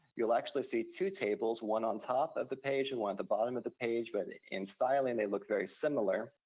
you'll actually see two tables, one on top of the page and one at the bottom of the page, but in styling, they look very similar.